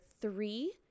three